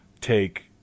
take